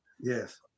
Yes